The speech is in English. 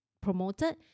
promoted